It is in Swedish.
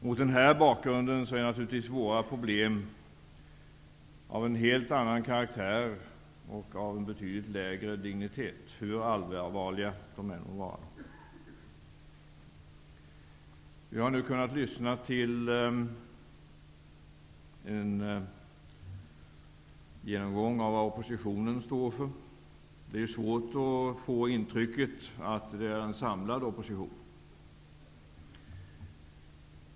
Mot denna bakgrund är naturligtvis våra problem av en helt annan karaktär och av betydligt lägre dignitet, hur allvarliga de än må vara. Vi har nu kunnat lyssna till en genomgång av vad oppositionen står för. Det är svårt att få intrycket att oppositionen är samlad.